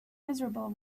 miserable